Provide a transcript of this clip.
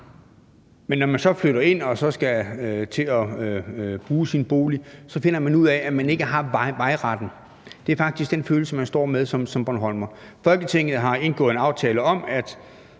men når man så flytter ind og skal til at bruge sin bolig, finder man ud af, at man ikke har vejretten. Det er faktisk den følelse, man står med som bornholmer. Folketinget har indgået en aftale om, og